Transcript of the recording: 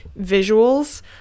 visuals